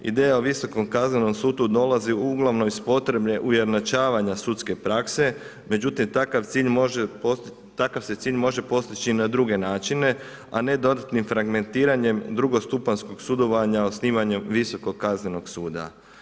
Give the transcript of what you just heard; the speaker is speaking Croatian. Ideja o visokom kaznenom sudu dolazi uglavnom iz potrebe ujednačavanja sudske prakse, međutim takav cilj se cilj može postići na druge načine, a ne dodatnim fragmentiranjem drugostupanjskog sudovanja osnivanjem visokog kaznenog suda.